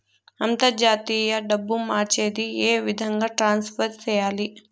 అంతర్జాతీయ డబ్బు మార్చేది? ఏ విధంగా ట్రాన్స్ఫర్ సేయాలి?